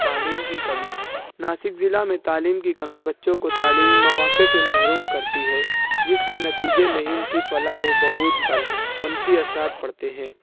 تعلیم کی کمی ناسک ضلع میں تعلیم کی کمی بچوں کو تعلیمی مواقع سے محروم کرتی ہے جس کے نتیجے میں ان کی فلاح و بہبود پر منفی اثرات پڑتے ہیں